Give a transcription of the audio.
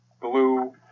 blue